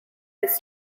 this